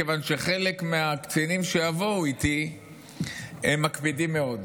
כיוון שחלק מהקצינים שיבואו איתי מקפידים מאוד.